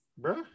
bruh